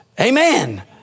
Amen